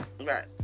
Right